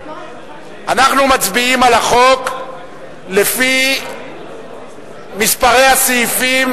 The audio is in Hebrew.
אנחנו מצביעים על החוק לפי מספרי הסעיפים